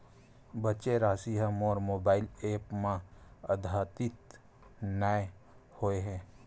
बचे राशि हा मोर मोबाइल ऐप मा आद्यतित नै होए हे